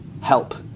help